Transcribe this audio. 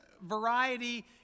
variety